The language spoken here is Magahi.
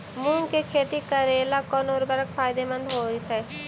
मुंग के खेती करेला कौन उर्वरक फायदेमंद होतइ?